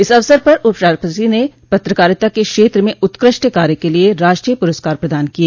इस अवसर पर उपराष्ट्रपति ने पत्रकारिता के क्षेत्र में उत्कृष्ट कार्य के लिए राष्ट्रीय पुरस्कार प्रदान किए